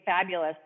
fabulous